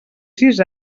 sis